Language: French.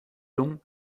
l’ont